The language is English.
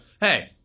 hey